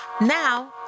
Now